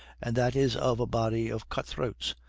and that is of a body of cut-throats,